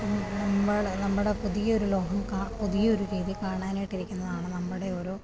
നമ്മൾ നമ്മുടെ പുതിയൊരു ലോകം പുതിയൊരു രീതി കാണാനായിട്ടിരിക്കുന്നതാണ് നമ്മുടെയോരോ